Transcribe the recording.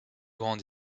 grande